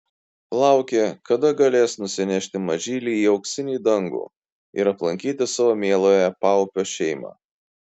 laukė kada galės nusinešti mažylį į auksinį dangų ir aplankyti savo mieląją paupio šeimą